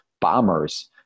bombers